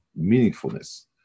meaningfulness